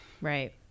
Right